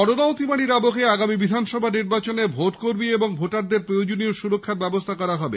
corona অতিমারীর আবহে আগামী বিধানসভা নির্বাচনে ভোটকর্মী এবং ভোটারদের প্রয়োজনীয় সুরক্ষার ব্যবস্থা করা হবে